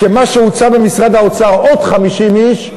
כי מה שהוצע במשרד האוצר: עוד 50 איש,